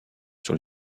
sur